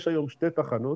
יש היום שתי תחנות,